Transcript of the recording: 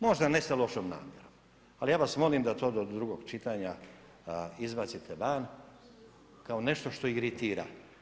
Možda ne sa lošom namjerom ali ja vas molim da to do drugog čitanja izbacite van kao nešto što iritira.